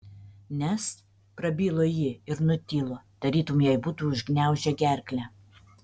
nes prabilo ji ir nutilo tarytum jai būtų užgniaužę gerklę